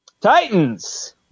Titans